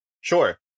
Sure